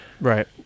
Right